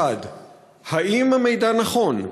1. האם המידע נכון?